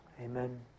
Amen